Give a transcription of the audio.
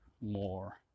more